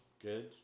good